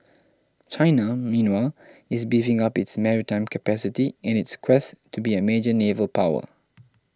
China meanwhile is beefing up its maritime capacity in its quest to be a major naval power